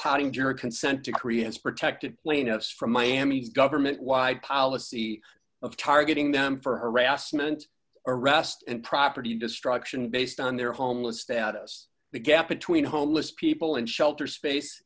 potting jury consent decree has protected plaintiffs from miami government wide policy of targeting them for harassment arrest and property destruction based on their homeless status the gap between homeless people and shelter space